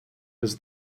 does